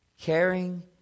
Caring